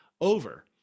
over